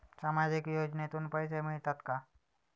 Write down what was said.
सामाजिक योजनेतून पैसे मिळतात का?